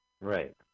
Right